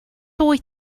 wyt